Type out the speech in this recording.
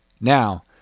Now